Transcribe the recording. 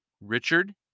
Richard